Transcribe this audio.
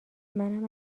منم